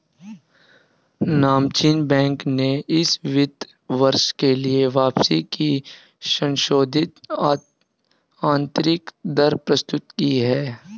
नामचीन बैंक ने इस वित्त वर्ष के लिए वापसी की संशोधित आंतरिक दर प्रस्तुत की